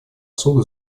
суду